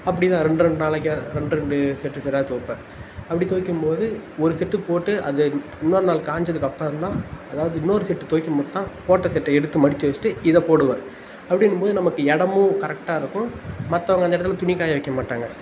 அப்படிதான் ரெண்டு ரெண்டு நாளைக்காக ரெண்டு ரெண்டு செட்டு செட்டாக தோய்ப்பேன் அப்படி தோய்க்கம்போது ஒரு செட்டு போட்டு அது இன்னொரு நாள் காய்ஞ்சதுக்கப்பறம் தான் அதாவது இன்னொரு செட்டு தோய்க்கும் போது தான் போட்ட செட்டை எடுத்து மடித்து வெச்சுட்டு இதை போடுவேன் அப்படின்னும்போது நமக்கு இடமும் கரெக்டாக இருக்கும் மற்றவங்க அந்த இடத்துல துணிக்காய வைக்க மாட்டாங்க